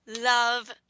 love